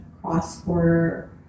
cross-border